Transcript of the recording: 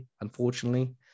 unfortunately